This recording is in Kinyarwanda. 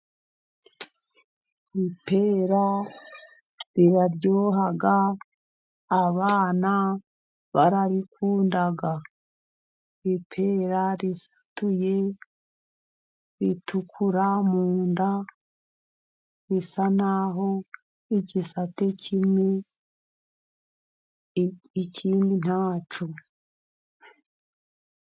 Ipera riraryoha abana bararikunda. Ipera risatuye ritukuye mu nda, bisa n'aho igisate kimwe ikindi nta cyo.